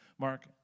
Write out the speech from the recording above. Mark